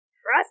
Trust